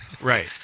Right